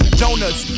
donuts